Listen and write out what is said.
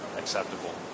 acceptable